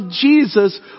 Jesus